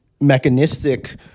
mechanistic